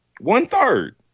One-third